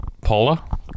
Paula